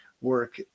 work